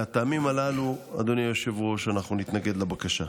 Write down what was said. מהטעמים הללו אנחנו נתנגד לבקשה,